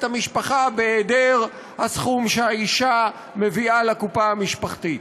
המשפחה בהיעדר הסכום שהאישה מביאה לקופה המשפחתית.